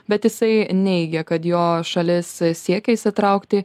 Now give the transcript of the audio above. bet jisai neigia kad jo šalis siekia įsitraukti